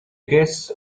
guests